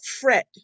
fret